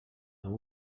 amb